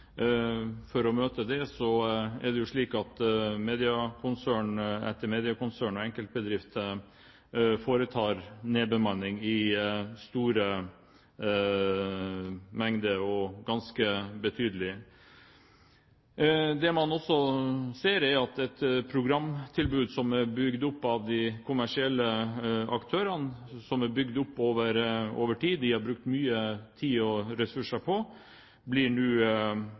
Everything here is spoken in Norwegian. For å møte det foretar mediekonsern etter mediekonsern, og enkeltbedrifter, en ganske betydelig nedbemanning. Det man også ser, er at et programtilbud som er bygd opp av de kommersielle aktørene, som er bygd opp over tid, og som de har brukt mye tid og ressurser på, nå blir